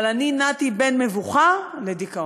אבל אני נעתי בין מבוכה לדיכאון.